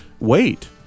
wait